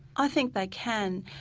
i think they can.